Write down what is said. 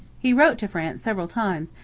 he wrote to france several times,